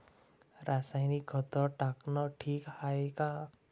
रासायनिक खत टाकनं ठीक हाये का?